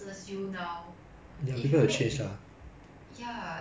err for me if I was ten years ago should be eleven years old